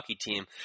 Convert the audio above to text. team